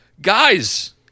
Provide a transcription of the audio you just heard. guys